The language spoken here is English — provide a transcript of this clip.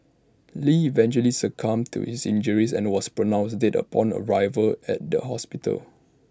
lee eventually succumbed to his injuries and was pronounced dead upon arrival at the hospital